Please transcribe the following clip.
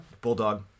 Bulldog